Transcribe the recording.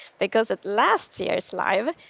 because at last year's live,